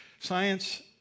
science